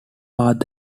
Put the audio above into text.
are